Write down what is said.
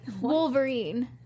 Wolverine